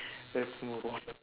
let's move on